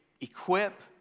equip